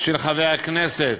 של חבר הכנסת